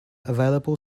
available